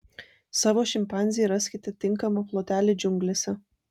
savo šimpanzei raskite tinkamą plotelį džiunglėse